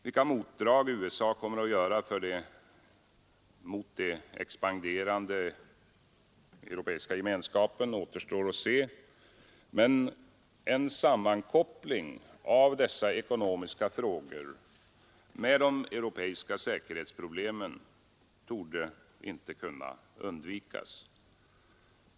Vilka motdrag USA kommer att göra mot det expanderande EG återstår att se, men en sammankoppling av dessa ekonomiska frågor med de europeiska säkerhetsproblemen torde inte kunna undvikas.